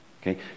Okay